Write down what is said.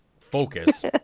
Focus